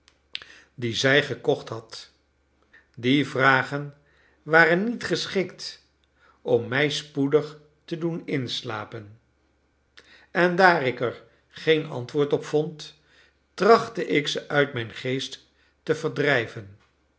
die zij gekocht had die vragen waren niet geschikt om mij spoedig te doen inslapen en daar ik er geen antwoord op vond trachtte ik ze uit mijn geest te verdrijven